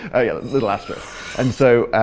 ah yeah little asterisk. and so.